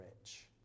rich